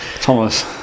Thomas